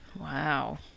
Wow